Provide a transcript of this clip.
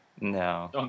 No